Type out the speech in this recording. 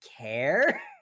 care